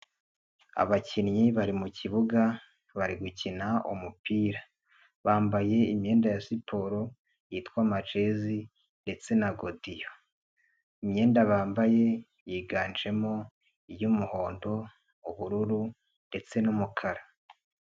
Abakinnyi bari mukibuga bari gukina umupira bambaye imyenda ya siporo yitwa amajezi ndetse na godiyo, imyenda bambaye yiganjemo iy'umuhondo, ubururu ndetse n'umukara.